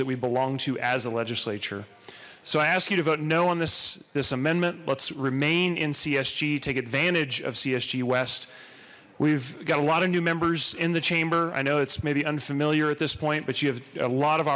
that we belong to as a legislature so i ask you to vote no on this this amendment let's remain in csg take advantage of csg west we've got a lot of new members in the chamber i know it's maybe unfamiliar at this point but you have a lot of